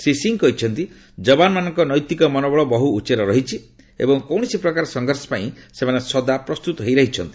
ଶ୍ରୀ ସିଂ କହିଛନ୍ତି ଯବାନମାନଙ୍କ ନୈତିକ ମନୋବଳ ବହୁ ଉଚ୍ଚରେ ଅଛି ଏବଂ କୌଣସି ପ୍ରକାର ସଂଘର୍ଷ ପାଇଁ ସେମାନେ ସଦା ପ୍ରସ୍ତୁତ ହୋଇ ରହିଛନ୍ତି